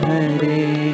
Hari